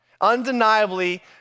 Undeniably